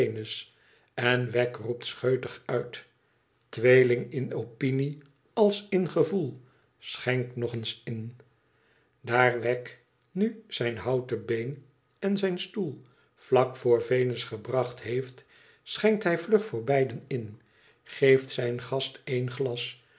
en wegg roept scheutig uit tweeling in opinie als in gevoel schenk u nog eens in daar wegg nu zijn houten been en zijn stoel vlak voor venus gebracht heeft schenkt hij vlug voor beiden in geeft zijn gast één glas